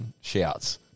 shouts